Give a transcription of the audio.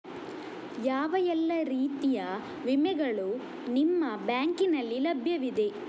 ಯಾವ ಎಲ್ಲ ರೀತಿಯ ವಿಮೆಗಳು ನಿಮ್ಮ ಬ್ಯಾಂಕಿನಲ್ಲಿ ಲಭ್ಯವಿದೆ?